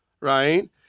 right